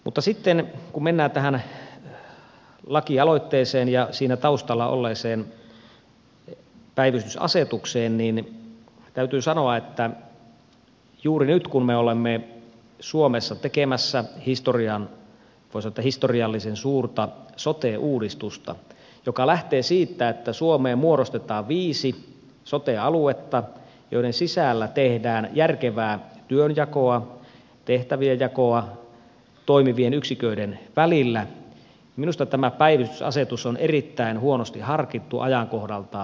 mutta sitten kun mennään tähän lakialoitteeseen ja siinä taustalla olleeseen päivystysasetukseen niin täytyy sanoa että juuri nyt kun me olemme suomessa tekemässä voi sanoa historiallisen suurta sote uudistusta joka lähtee siitä että suomeen muodostetaan viisi sote aluetta joiden sisällä tehdään järkevää työnjakoa tehtävienjakoa toimivien yksiköiden välillä minusta tämä päivystysasetus on erittäin huonosti harkittu ajankohdaltaan